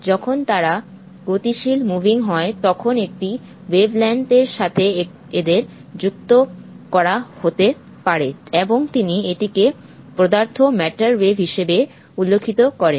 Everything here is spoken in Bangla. যখন তারা গতিশীল হয় তখন একটি ওয়েভলেংথ এর সাথে এদের যুক্ত করা হতে পারে এবং তিনি এটিকে পদার্থ ওয়েভ হিসাবে অভিহিত করেন